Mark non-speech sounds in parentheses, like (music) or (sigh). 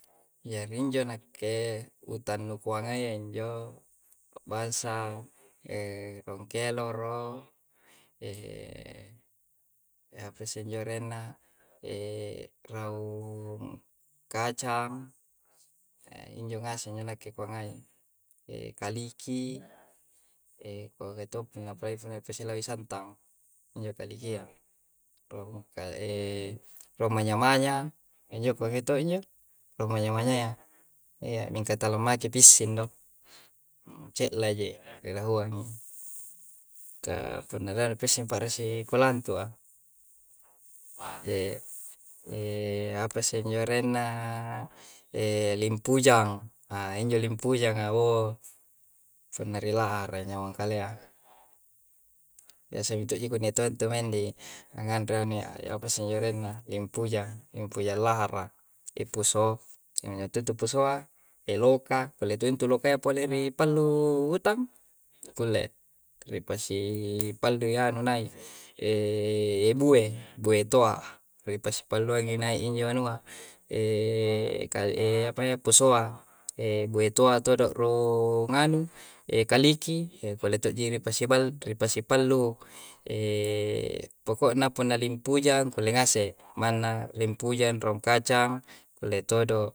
Jari injo na'ke utannu kuwanae injo ba basa (hesitation) kello'ro (hesitation) apa si njo lerena (hesitation) raung kacang, injo aseng ngana ke kongae, (hesitation) kaliki (hesitation) kohe toppe na pohe posele san'tang injo kalikea, rokae'e (hesitation) rong maya-maya injo kohetonnyo romaya-mayanya ea nikatalo mace fisse do, ce'la ji lilahuang ngi. Ka (hesitation) kunnarara fisse pareshi kulan'tua. (hesitation) apa seng njo renna (hesitation) limpujang (hesitation) injo limpujang awong kunare' rela'a warangkalea. Ese ntoji ko niatonto mendi ngadra ne aposonjerenna limppujang, limpunjang laha'ra ippuso injo tutuposua eloka, poli intu itu totonto lukea pallu hurtang. Kulle, ripase parru yanu yai (hesitation) buye, buye toa. Rapasse paluaing na inae injo anua (hesitation) posoa (hesitation) buye toa toddo'ru nganu (hesitation) kaliki (hesitation) ko'li to'ji nipasebal ri' pasepallu (hesitation) pokonna punaling pujjang kole ngaseng manna rimpuja rong kacang kulle todo.